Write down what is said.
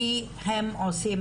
כי הם עושים